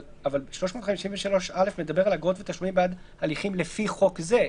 אבל 353(א) מדבר על אגרות ותשלומים בעד הליכים לפי חוק זה.